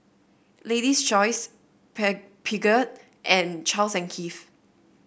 Lady's Choice Pei Peugeot and Charles and Keith